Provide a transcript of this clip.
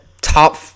top